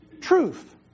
truth